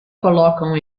colocam